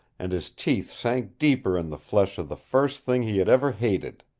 and his teeth sank deeper in the flesh of the first thing he had ever hated.